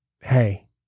hey